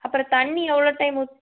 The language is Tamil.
அப்புறம் தண்ணி எவ்வளோ டைம் ஊத்